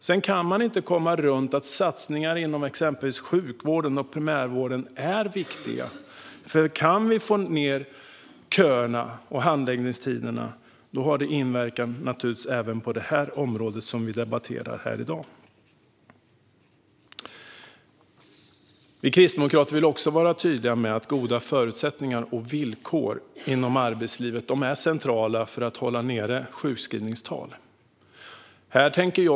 Sedan kan man inte komma runt att satsningar inom exempelvis sjukvården och primärvården är viktiga, för om vi kan få ned köerna och handläggningstiderna har det naturligtvis inverkan även på det område som vi debatterar här i dag. Vi kristdemokrater vill vara tydliga med att goda förutsättningar och villkor inom arbetslivet är centrala för att hålla nere sjukskrivningstalen.